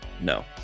no